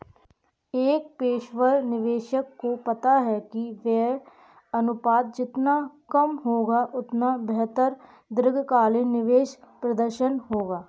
एक पेशेवर निवेशक को पता है कि व्यय अनुपात जितना कम होगा, उतना बेहतर दीर्घकालिक निवेश प्रदर्शन होगा